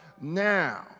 now